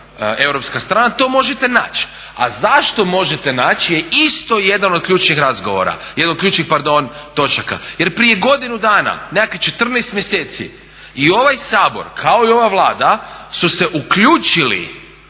To možete naći, a zašto možete naći je isto jedan od ključnih razgovora, jedan od ključnih pardon točaka. Jer prije godinu dana nekakvih 14 mjeseci i ovaj Sabor kao i ova Vlada su se uključili